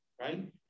Right